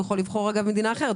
הוא יכול לבחור מדינה אחרת,